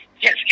Yes